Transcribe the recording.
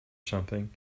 something